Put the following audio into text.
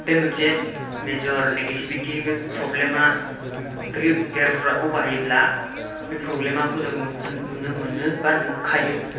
बे मोनसे major negativity बे प्रब्लेमआ बियो हेयारखौ बाहायोब्ला बे प्रब्लेमखौ जोङो नुग्रो नुनो मोनो बा नुखायो